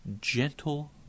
gentle